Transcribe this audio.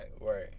right